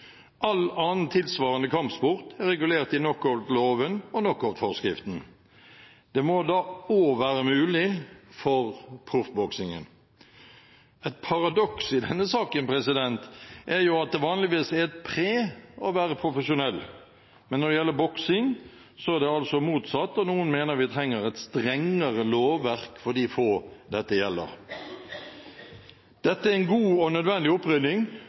All annen tilsvarende kampsport er regulert i knockoutloven og knockoutforskriften. Det må også være mulig for proffboksingen. Et paradoks i denne saken er at det vanligvis er et pre å være profesjonell, men når det gjelder boksing, er det motsatt, og noen mener vi trenger et strengere lovverk for de få dette gjelder. Dette er en god og nødvendig opprydding.